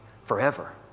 forever